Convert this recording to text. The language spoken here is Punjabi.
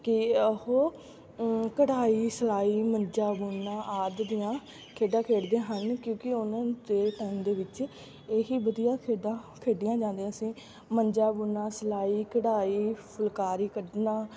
ਕਿ ਉਹ ਕਢਾਈ ਸਿਲਾਈ ਮੰਜਾ ਬੁਣਨਾ ਆਦਿ ਦੀਆਂ ਖੇਡਾਂ ਖੇਡਦੀਆਂ ਹਨ ਕਿਉਂਕਿ ਉਹਨਾਂ ਦੇ ਟਾਈਮ ਦੇ ਵਿੱਚ ਇਹੀ ਵਧੀਆ ਖੇਡਾਂ ਖੇਡੀਆਂ ਜਾਂਦੀਆਂ ਸੀ ਮੰਜਾ ਬੁਣਨਾ ਸਿਲਾਈ ਕਢਾਈ ਫੁਲਕਾਰੀ ਕੱਢਣਾ